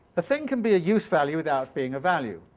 a thing can be a use-value without being a value.